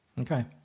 okay